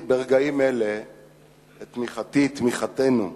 ברגעים אלה את תמיכתי, תמיכתנו שלנו,